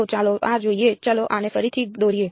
તો ચાલો આ જોઈએ ચાલો આને ફરીથી દોરીએ